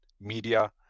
media